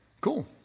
Cool